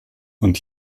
und